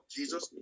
Jesus